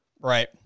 right